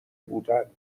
بودند